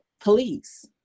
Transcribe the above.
police